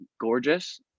gorgeous